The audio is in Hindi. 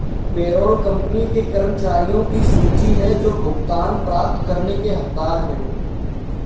पेरोल कंपनी के कर्मचारियों की सूची है जो भुगतान प्राप्त करने के हकदार हैं